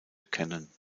kennen